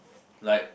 like